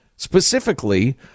Specifically